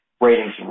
ratings